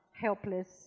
helpless